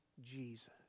Jesus